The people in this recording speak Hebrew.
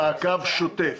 שהם במעקב שוטף